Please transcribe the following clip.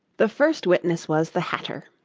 the first witness was the hatter.